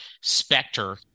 specter